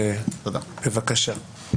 בבקשה.